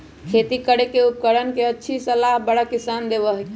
खेती करे के उपकरण के अच्छी सलाह बड़ा किसान देबा हई